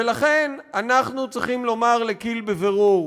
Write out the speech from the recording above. ולכן אנחנו צריכים לומר לכי"ל בבירור: